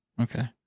Okay